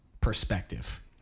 perspective